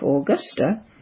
Augusta